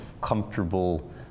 comfortable